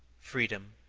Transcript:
freedom,